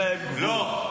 לא.